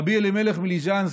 רבי אלימלך מליז'נסק,